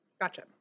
gotcha